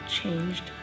changed